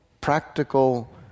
practical